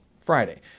Friday